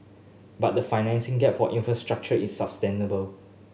but the financing gap for infrastructure is sustainable